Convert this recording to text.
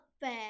fair